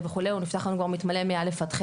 מתמלא לנו כבר מא'-ח',